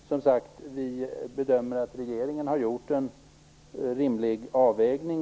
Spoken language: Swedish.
Som sagt bedömer vi att regeringen här har gjort en rimlig avvägning.